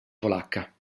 polacca